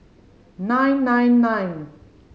nine nine nine